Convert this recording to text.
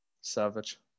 savage